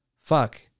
fuck